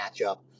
matchup